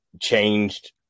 changed